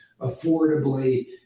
affordably